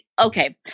Okay